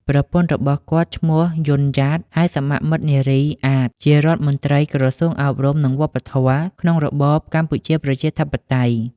ប្រពន្ធរបស់គាត់ ឈ្មោះ យុន យ៉ាត (ហៅសមមិត្តនារី អាត) ជារដ្ឋមន្ត្រីក្រសួងអប់រំ និងវប្បធម៌ក្នុងរបបកម្ពុជាប្រជាធិបតេយ្យ។